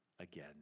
again